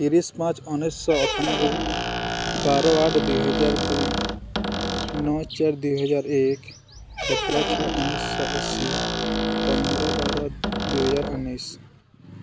ତିରିଶି ପାଞ୍ଚ ଉଣେଇଶି ଶହ ଅଠାନବେ ବାର ଆଠ ଦୁଇହଜାର ଦୁଇ ନଅ ଚାର ଦୁଇହଜାର ଏକ ସତର ଛଅ ଉଣେଇଶି ଶହ ଅଶୀ ପନ୍ଦର ବାର ଦୁଇହଜାର ଉଣେଇଶି